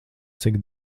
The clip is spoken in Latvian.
cik